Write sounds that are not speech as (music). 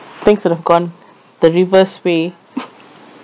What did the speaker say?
things would have gone the reverse way (laughs)